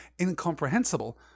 incomprehensible